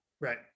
right